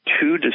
two